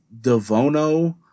Devono